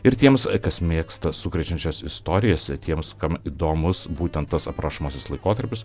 ir tiems kas mėgsta sukrečiančias istorijas tiems kam įdomus būtent tas aprašomasis laikotarpis